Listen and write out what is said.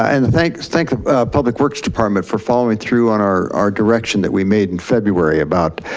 and thank thank the public works department for following through on our our direction that we made in february about,